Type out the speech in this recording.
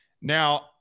Now